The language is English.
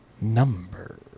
number